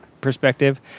perspective